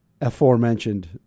aforementioned